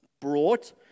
brought